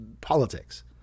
politics